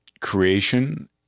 creation